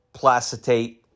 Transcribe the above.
placitate